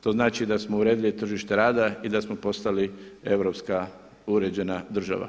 To znači da smo uredili tržište rada i da smo postali europska uređena država.